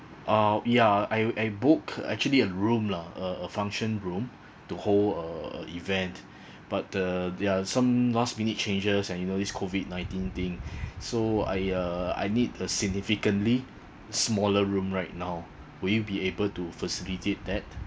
uh ya I I book actually a room lah a a function room to hold uh a event but uh there are some last minute changes and you know this COVID nineteen thing so I uh I need a significantly smaller room right now will you be able to facilitate that